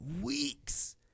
Weeks